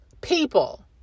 people